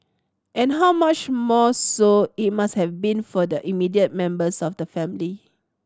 and how much more so it must have been for the immediate members of the family